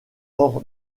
hors